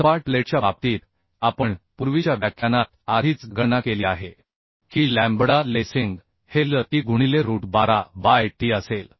सपाट प्लेटच्या बाबतीत आपण पूर्वीच्या व्याख्यानात आधीच गणना केली आहे की लॅम्बडा लेसिंग हे L e गुणिले रूट 12 बाय t असेल